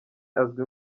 azwi